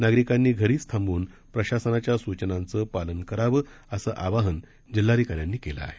नागरिकांनी घरीच थांबून प्रशासनाच्या सूचनांचं पालन करावं असं आवाहन जिल्हाधिकाऱ्यांनी केले आहे